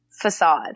facade